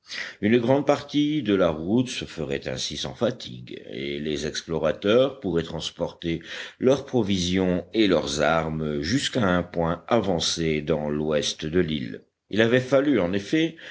une grande partie de la route se ferait ainsi sans fatigues et les explorateurs pourraient transporter leurs provisions et leurs armes jusqu'à un point avancé dans l'ouest de l'île il avait fallu en effet